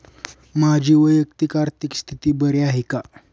माझी वैयक्तिक आर्थिक स्थिती बरी आहे का?